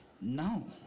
No